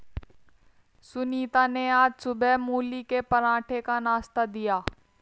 सुनीता ने आज सुबह मूली के पराठे का नाश्ता दिया